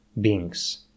beings